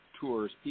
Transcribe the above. tours